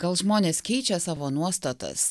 gal žmonės keičia savo nuostatas